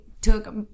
took